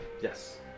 Yes